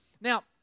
Now